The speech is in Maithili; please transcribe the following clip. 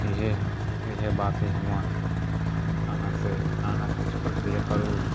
इहे इहे बात है हमर अहाँसँ अहाँ कुछ प्रक्रिया करु